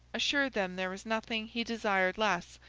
assured them there was nothing he desired less,